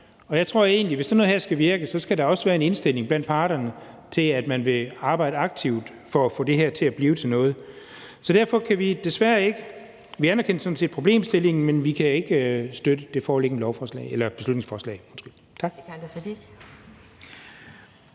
Jeg tror egentlig, at hvis sådan noget skal virke, så skal der også være en indstilling blandt parterne til, at man vil arbejde aktivt for at få det til at blive til noget. Så vi anerkender sådan set problemstillingen, men vi kan desværre ikke støtte det foreliggende beslutningsforslag.